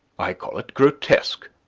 i call it grotesque.